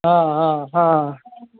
हँ हँ हँ